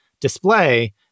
display